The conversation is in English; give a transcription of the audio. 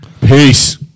Peace